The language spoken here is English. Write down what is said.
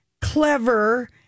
clever